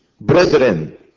brethren